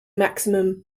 maximum